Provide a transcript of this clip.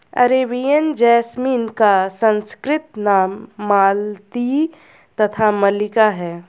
Arabian jasmine का संस्कृत नाम मालती तथा मल्लिका है